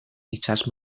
itsas